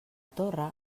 torre